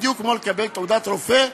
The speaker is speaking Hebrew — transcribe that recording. בדיוק כמו לקבל תעודת רופא,